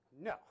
No